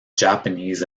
japanese